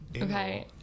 Okay